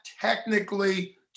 technically